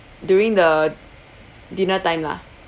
during the dinner time lah